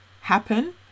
happen